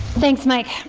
thanks mike.